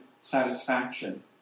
satisfaction